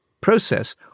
process